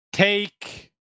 Take